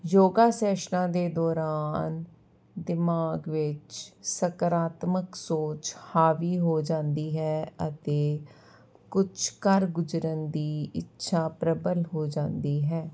ਯੋਗਾ ਸੈਸ਼ਨਾਂ ਦੇ ਦੌਰਾਨ ਦਿਮਾਗ ਵਿੱਚ ਸਕਾਰਾਤਮਕ ਸੋਚ ਹਾਵੀ ਹੋ ਜਾਂਦੀ ਹੈ ਅਤੇ ਕੁਛ ਕਰ ਗੁਜ਼ਰਨ ਦੀ ਇੱਛਾ ਪ੍ਰਬਲ ਹੋ ਜਾਂਦੀ ਹੈ